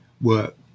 work